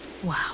Wow